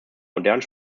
modernen